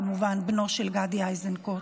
כמובן בנו של גדי איזנקוט,